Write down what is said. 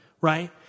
right